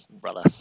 brother